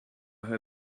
her